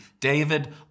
David